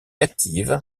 active